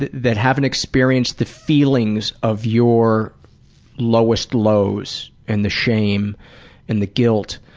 that haven't experienced the feelings of your lowest lows and the shame and the guilt,